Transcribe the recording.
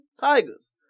Tigers